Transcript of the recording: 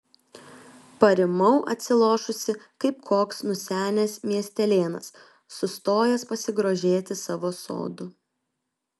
parimau atsilošusi kaip koks nusenęs miestelėnas sustojęs pasigrožėti savo sodu